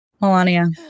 Melania